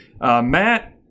Matt